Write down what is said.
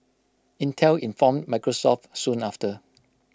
Intel informed Microsoft soon after